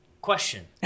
Question